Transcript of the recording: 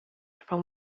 from